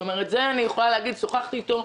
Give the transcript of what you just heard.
את זה אני יכולה להגיד, שוחחתי איתו.